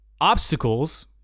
obstacles